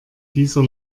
dieser